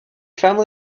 family